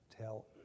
tell